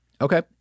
Okay